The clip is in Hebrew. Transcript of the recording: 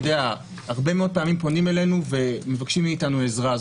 הרבה מאוד פעמים פונים אלינו ומבקשים מאיתנו עזרה.